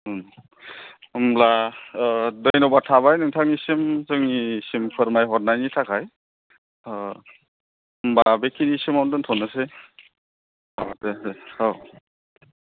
होमब्ला धन्यबाद थाबाय नोंथांनिसिम जोंनिसिम फोरमायहरनायनि थाखाय होम्बा बेखिनि समाव दोन्थ'नोसै अ दे दे औ